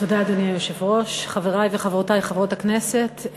אדוני היושב-ראש, תודה, חברי וחברותי חברות הכנסת,